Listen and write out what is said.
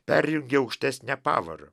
perjungia aukštesnę pavarą